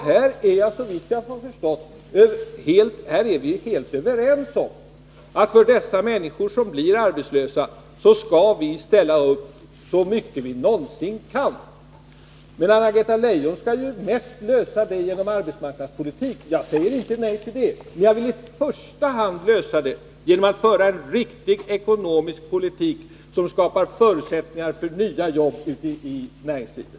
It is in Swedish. Här är vi, såvitt jag förstår, helt överens om att för de människor som blir arbetslösa skall vi ställa upp så mycket vi någonsin kan. Men Anna-Greta Leijon vill ju främst lösa problemen med arbetsmarknadspolitiska åtgärder. Jag säger inte nej till dem, men jag vill i första hand lösa problemen genom att föra en riktig ekonomisk politik som skapar förutsättningar för nya jobb i näringslivet.